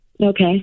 Okay